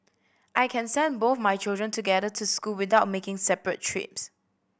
I can send both my children together to school without making separate trips